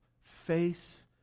face